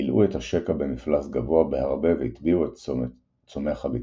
מילאו את השקע במפלס גבוה בהרבה והטביעו את צומח הביצות.